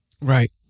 Right